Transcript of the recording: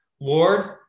Lord